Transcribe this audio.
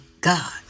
God